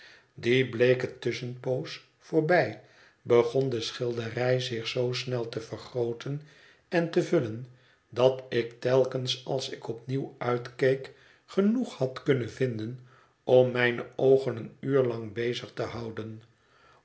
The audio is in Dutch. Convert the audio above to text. die bleeke tusschenpoos voorbij begon de schilderij zich zoo snel te vergrooten en te vullen dat ik telkens als ik opnieuw uitkeek genoeg had kunnen vinden om mijne oogen een uur lang bezig te houden